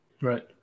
Right